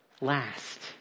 last